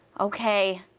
okay,